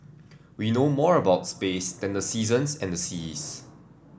we know more about space than the seasons and the seas